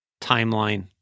timeline